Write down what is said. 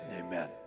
amen